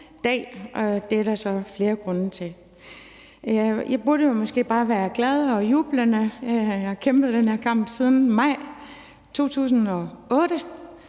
og det er der så flere grunde til. Jeg burde måske bare være glad og jublende, for jeg har kæmpet den her kamp siden maj 2008,